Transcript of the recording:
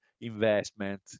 investment